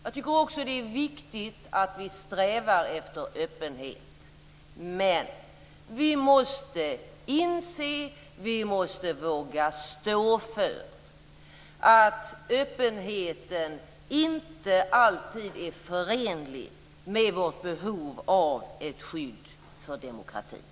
Jag tycker också att det är viktigt att vi strävar efter öppenhet, men vi måste inse och våga stå för att öppenheten inte alltid är förenlig med vårt behov av ett skydd för demokratin.